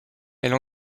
elle